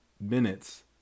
minutes